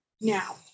now